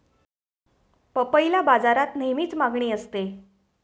पपईला बाजारात नेहमीच मागणी असते